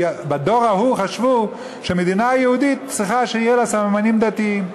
כי בדור ההוא חשבו שמדינה יהודית צריכה שיהיו לה סממנים דתיים.